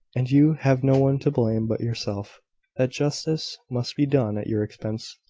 and you have no one to blame but yourself that justice must be done at your expense.